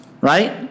Right